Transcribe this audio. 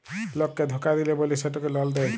লককে ধকা দিল্যে বল্যে সেটকে লল দেঁয়